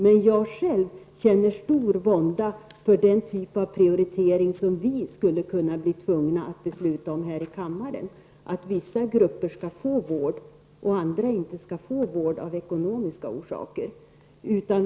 Men jag själv känner stor vånda för den typ av prioritering som vi skulle kunna bli tvungna att besluta om här i kammaren, att vissa grupper skall få vård och andra inte skall få vård, av ekonomiska skäl.